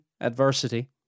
adversity